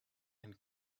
and